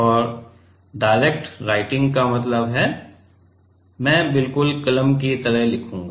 और direct writing का मतलब है मैं बिल्कुल कलम की तरह लिखूंगा